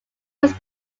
was